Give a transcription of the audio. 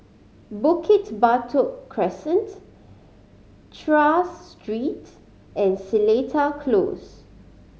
Bukit Batok Crescent Tras Street and Seletar Close